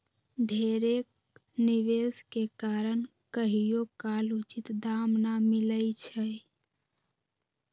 ढेरेक निवेश के कारण कहियोकाल उचित दाम न मिलइ छै